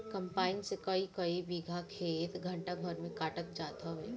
combine से कईकई बीघा खेत घंटा भर में कटात जात हवे